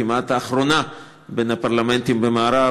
כמעט האחרונה בין הפרלמנטים במערב,